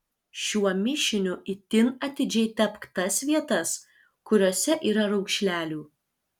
šiuo mišiniu itin atidžiai tepk tas vietas kuriose yra raukšlelių